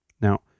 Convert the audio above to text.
Now